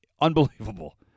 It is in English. Unbelievable